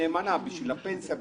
בשביל הפנסיה.